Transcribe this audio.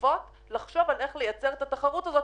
נוספות לחשוב איך לייצר את התחרות הזאת